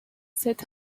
said